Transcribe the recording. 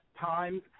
times